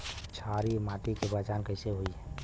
क्षारीय माटी के पहचान कैसे होई?